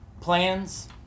plans